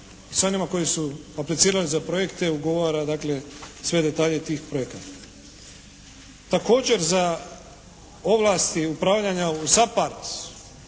sa onima koji su aplicirali za projekte, ugovara dakle sve detalje tih projekata. Također za ovlasti upravljanja u SAPARD